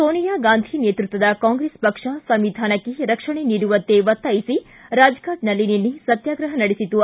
ಸೋನಿಯಾ ಗಾಂಧಿ ನೇತೃತ್ವದ ಕಾಂಗ್ರೆಸ್ ಪಕ್ಷ ಸಂವಿಧಾನಕ್ಕೆ ರಕ್ಷಣೆ ನೀಡುವಂತೆ ಒತ್ತಾಯಿಸಿ ರಾಜಫಾಟ್ನಲ್ಲಿ ನಿನ್ನೆ ಸತ್ಯಾಗ್ರಹ ನಡೆಸಿತು